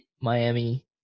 Miami